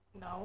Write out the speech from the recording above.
no